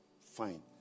fine